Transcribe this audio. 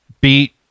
beat